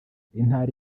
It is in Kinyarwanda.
intara